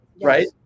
Right